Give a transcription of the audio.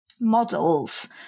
models